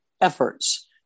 efforts